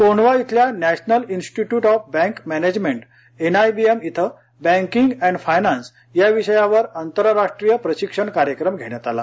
कोंढवा येथील National Institute of Bank Management NIBM येथे banking and finance या विषयावर आंतरराष्ट्रीय प्रशिक्षण कार्यक्रम घेण्यात आला